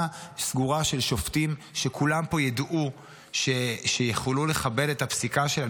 סגורה של שופטים שכולם פה ידעו שיוכלו לכבד את הפסיקה שלהם?